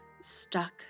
stuck